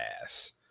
ass